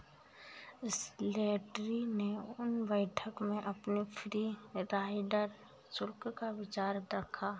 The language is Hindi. स्लैटरी ने उस बैठक में अपने फ्री राइडर शुल्क का विचार रखा